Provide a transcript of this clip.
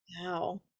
Wow